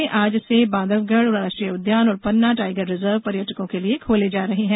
प्रदेश में आज से बांधवगढ़ राष्ट्रीय उद्यान और पन्ना टाइगर रिजर्व पर्यटकों के लिये खोले जा रहे है